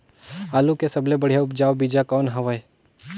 आलू के सबले बढ़िया उपजाऊ बीजा कौन हवय?